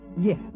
yes